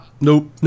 nope